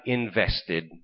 invested